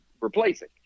replacing